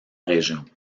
région